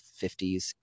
50s